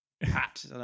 hat